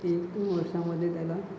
एक वर्षामध्ये त्याला